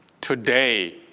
today